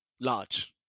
Large